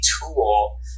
tool